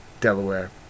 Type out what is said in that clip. Delaware